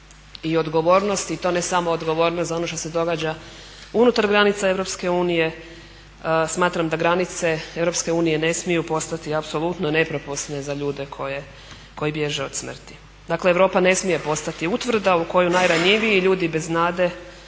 i odgovornost i to ne samo odgovornost za ono što se događa unutar granica EU, smatram da granice EU ne smiju postati apsolutno nepropusne za ljude koji bježe od smrti. Dakle Europa ne smije postati utvrda u kojoj najranjiviji i ljudi bez nade